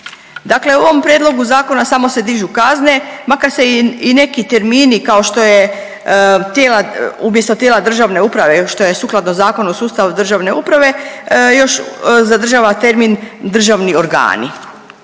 Dakle u ovom prijedlogu zakona samo se dižu kazne, makar se i neki termini, kao što je tijela, umjesto tijela državne uprave, što je sukladno Zakonu o sustavu državne uprave, još zadržava termin državni organi.